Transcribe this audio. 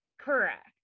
correct